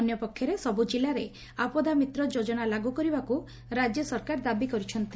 ଅନ୍ୟପକ୍ଷରେ ସବୁ କିଲ୍ଲାରେ ଆପଦାମିତ୍ର ଯୋଜନା ଲାଗୁ କରିବାକୁ ରାଜ୍ୟ ସରକାର ଦାବି କରିଛନ୍ତି